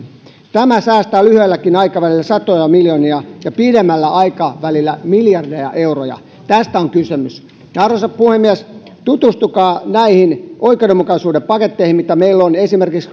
tämä säästää lyhyelläkin aikavälillä satoja miljoonia ja pidemmällä aikavälillä miljardeja euroja tästä on kysymys arvoisa puhemies tutustukaa näihin oikeudenmukaisuuden paketteihin mitä meillä on esimerkiksi